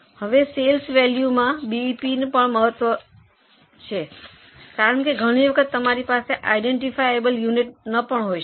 હવે સેલ્સ વેલ્યુમાં બીઇપી પણ ખૂબ મહત્વનું છે કારણ કે ઘણી વખત તમારી પાસે આયડેન્ટિફાયેબલ યુનિટ ન હોઈ શકે